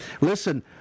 Listen